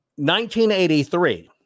1983